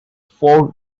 four